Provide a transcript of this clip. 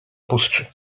puszczy